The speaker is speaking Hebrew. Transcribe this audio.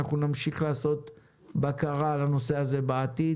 ואנחנו נמשיך לעשות בקרה על הנושא הזה בעתיד.